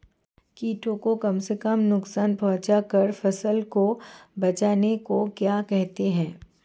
कीटों को कम से कम नुकसान पहुंचा कर फसल को बचाने को क्या कहते हैं?